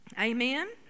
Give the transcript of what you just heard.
Amen